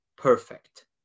perfect